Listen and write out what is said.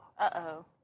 Uh-oh